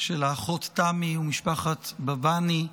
של האחות תמי ומשפחת בבני,